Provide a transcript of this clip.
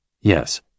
Yes